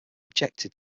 objected